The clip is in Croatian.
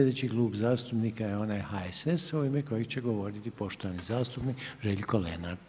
Sljedeći klub zastupnika je onaj HSS-a u ime kojega će govoriti poštovani zastupnik Željko Lenart.